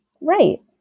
right